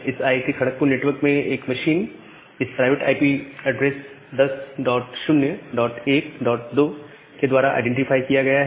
इस IIT Kharagpur network में एक मशीन इस प्राइवेट आईपी ऐड्रेस 10012 के द्वारा आईडेंटिफाई किया गया है